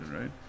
right